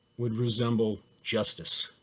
would resemble justice,